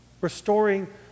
Restoring